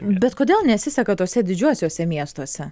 bet kodėl nesiseka tuose didžiuosiuose miestuose